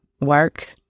work